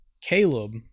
Caleb